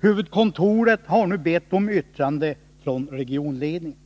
Huvudkontoret har nu bett om yttrande från regionledningen.